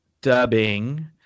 dubbing